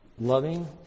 loving